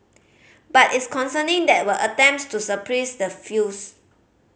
but it's concerning there were attempts to suppress the views